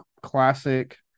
classic